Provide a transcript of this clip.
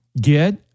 Get